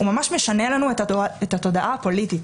הוא ממש משנה לנו את התודעה הפוליטית